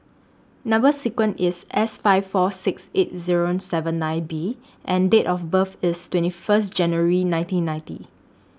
Number sequence IS S five four six eight Zero seven nine B and Date of birth IS twenty First January nineteen ninety